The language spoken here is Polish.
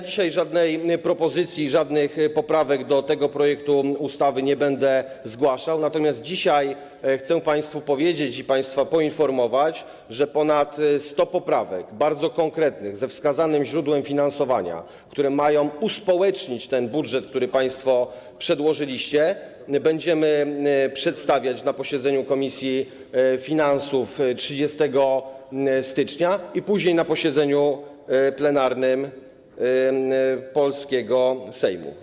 Dzisiaj żadnej propozycji, żadnych poprawek do tego projektu ustawy nie będę zgłaszał, natomiast chcę państwu powiedzieć i państwa poinformować, że ponad 100 poprawek, bardzo konkretnych, ze wskazanym źródłem finansowania, które mają uspołecznić ten budżet, który państwo przedłożyliście, będziemy przedstawiać na posiedzeniu komisji finansów 30 stycznia i później na posiedzeniu plenarnym polskiego Sejmu.